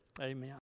Amen